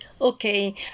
okay